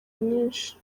mwinshi